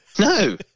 no